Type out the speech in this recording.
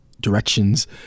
directions